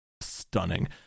stunning